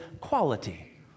quality